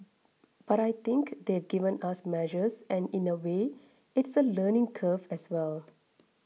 but I think they've given us measures and in a way it's a learning curve as well